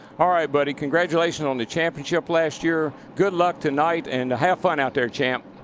all right, buddy. congratulations on the championship last year, good luck tonight, and have fun out there, champ.